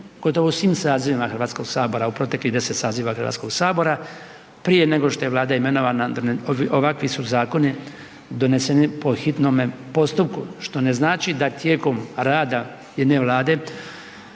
gotovo u svim sazivima Hrvatskoga sabora u proteklih 10 saziva Hrvatskoga sabora, prije nego što je Vlada imenovana, ovakvi su zakoni doneseni po hitnome postupku, što ne znači da tijekom rada jedne vlade,